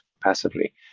passively